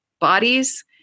bodies